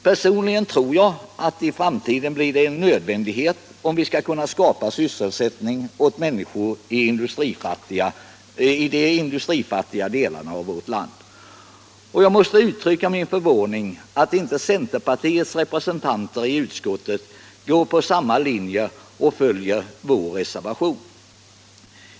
Personligen tror jag att detta i framtiden blir en nödvändighet, om vi skall kunna skapa sysselsättning åt människor i de industrifattiga delarna av vårt land. Jag måste uttrycka min förvåning över att inte centerpartiets representanter i utskottet följer samma linje och ansluter sig till vår reservation.